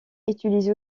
utilise